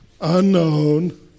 unknown